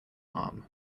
arm